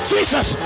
Jesus